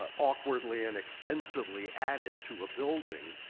ah awkwardly and expensively added to a building.